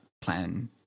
plan